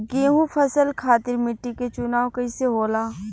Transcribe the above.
गेंहू फसल खातिर मिट्टी के चुनाव कईसे होला?